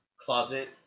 closet